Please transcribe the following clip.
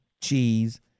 cheese